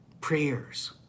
prayers